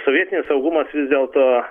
sovietinis saugumas vis dėlto